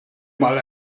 mal